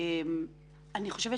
אני חושבת